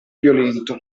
violento